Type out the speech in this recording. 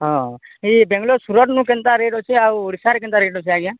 ହଁ ଏଇ ବେଙ୍ଗଲୋର ସୁରଟ ନୁ କେନ୍ତା ରେଟ୍ ଅଛି ଆଉ ଓଡ଼ିଶାରେ କେନ୍ତା ରେଟ୍ ଅଛି ଆଜ୍ଞା